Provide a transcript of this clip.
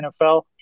NFL